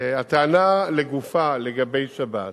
הטענה לגופה לגבי שבת,